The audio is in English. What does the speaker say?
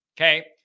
Okay